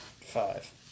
five